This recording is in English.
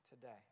today